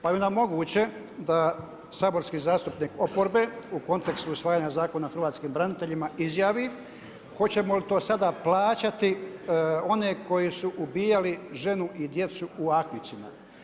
Pa jel onda moguće da saborski zastupnik oporbe u kontekstu osvajanje zakona hrvatskim braniteljima izjavi, hoćemo li to sada plaćati sve one koji su ubijali ženu i djecu u Ahmićima.